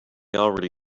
already